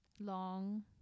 Long